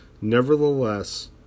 Nevertheless